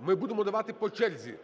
Ми будемо давати по черзі.